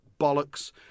bollocks